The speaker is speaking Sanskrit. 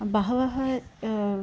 बहवः